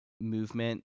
movement